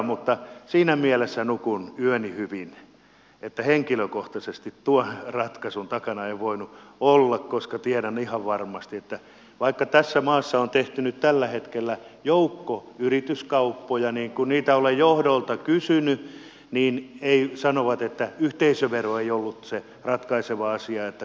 mutta siinä mielessä nukun yöni hyvin että henkilökohtaisesti tuon ratkaisun takana en voinut olla koska tiedän ihan varmasti että vaikka tässä maassa on tehty tällä hetkellä joukko yrityskauppoja niin kun niitä olen johdolta kysynyt niin sanovat että yhteisövero ei ollut se ratkaiseva asia että kauppa on syntynyt